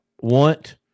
want